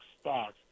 stocks